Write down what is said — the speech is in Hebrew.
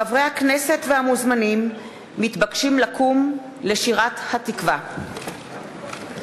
חברי הכנסת והמוזמנים מתבקשים לקום לשירת "התקווה".